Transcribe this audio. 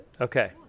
Okay